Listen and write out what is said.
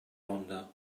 vonda